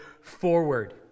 forward